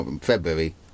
february